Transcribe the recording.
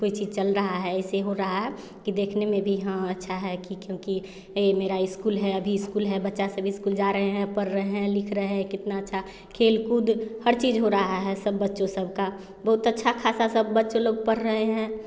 कोई चीज़ चल रही है ऐसे हो रही है कि देखने में भी हाँ अच्छा है कि क्योंकि यह मेरा इस्कूल है अभी इस्कूल है बच्चा सब इस्कूल जा रहे हैं पड़ रहे हैं लिख रहे हैं कितना अच्छा खेल कूद हर चीज़ हो रहा है सब बच्चों सब का बहुत अच्छा ख़ासा सब बच्च लोग पढ़ रहे हैं